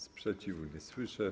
Sprzeciwu nie słyszę.